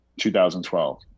2012